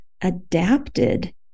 adapted